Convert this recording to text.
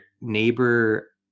neighbor